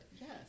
Yes